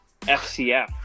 FCF